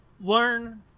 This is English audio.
learn